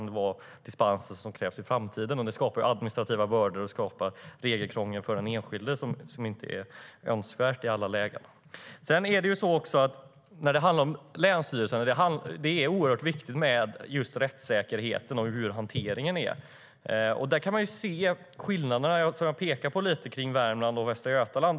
Detta skapar administrativa bördor och regelkrångel för den enskilde, vilket inte är önskvärt i alla lägen. När det gäller länsstyrelsen är det oerhört viktigt med just rättssäkerheten och hur hanteringen är. Där kan man se skillnader i exempel Värmland och Västra Götaland.